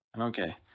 Okay